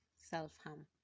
self-harm